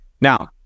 now